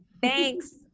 Thanks